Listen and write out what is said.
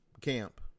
camp